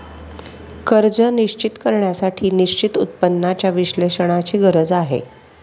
कर्ज निश्चित करण्यासाठी निश्चित उत्पन्नाच्या विश्लेषणाची गरज आहे